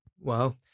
Wow